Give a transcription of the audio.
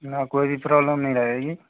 ना कोई भी प्रॉब्लम नहीं रहेगी